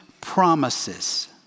promises